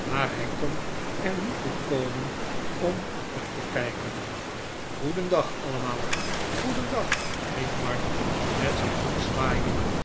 maar hij kon er niet toe komen om op te kijken goedendag allemaal goedendag riep mark met zijn hoed zwhaiend